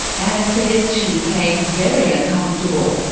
anna says she became very uncomfortable.